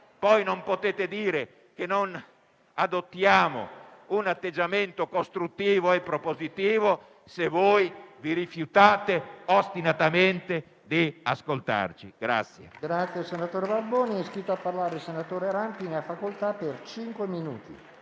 Poi non potete dire che non adottiamo un atteggiamento costruttivo e propositivo, se vi rifiutate ostinatamente di ascoltarci.